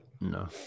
No